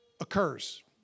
occurs